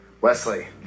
Wesley